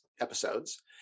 episodes